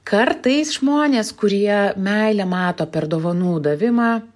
kartais žmonės kurie meilę mato per dovanų davimą